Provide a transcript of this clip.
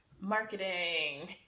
Marketing